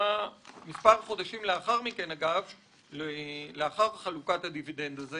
מספר חודשים לאחר חלוקת הדיבידנד הזה